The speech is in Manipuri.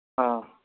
ꯑꯥ